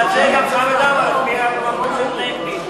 בגלל זה גם חמד עמאר הצביע במקום של הנגבי.